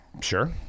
Sure